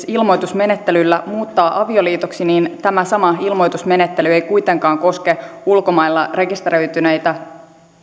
ilmoitusmenettelyllä muuttaa avioliitoksi niin tämä sama ilmoitusmenettely ei kuitenkaan koske ulkomailla rekisteröityneitä